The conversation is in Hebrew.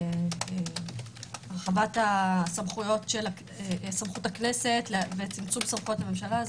והרחבת סמכות הכנסת וצמצום סמכויות הממשלה.